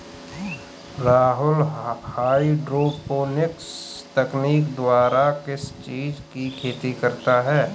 Rahul hydroponics तकनीक द्वारा किस चीज की खेती करता है?